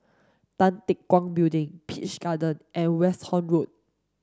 Tan Teck Guan Building Peach Garden and Westerhout Road